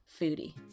foodie